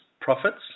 profits